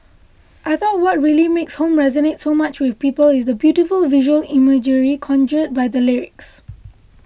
I thought what really makes Home resonate so much with people is the beautiful visual imagery conjured by the lyrics